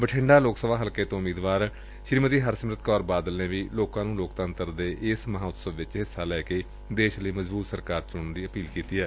ਬਠਿੰਡਾ ਲੋਕਸਭਾ ਹਲਕੇ ਤੋਂ ਉਮੀਦਵਾਰ ਹਰਸਿਮਰਤ ਕੌਰ ਬਾਦਲ ਨੇ ਵੀ ਲੋਕਾਂ ਨੂੰ ਲੋਕਤੰਤਰ ਦੇ ਇਸ ਮਹਾਂ ਉਤਸਵ ਵਿੱਚ ਹਿੱਸਾ ਲੈ ਕੇ ਦੇਸ਼ ਲਈ ਮਜਬੂਤ ਸਰਕਾਰ ਚੁਣਨ ਦੀ ਅਪੀਲ ਕੀਤੀ ਐ